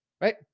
right